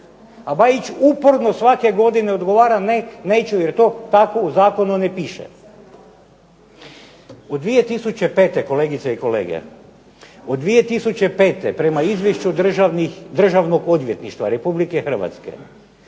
A BAjić uporno svake godine odgovara neću jer to tako u Zakonu ne piše. U 2005. kolegice i kolege, prema Izvješću Državnog odvjetništva Republike Hrvatske,